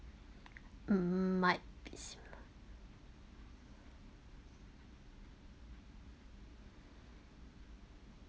mm might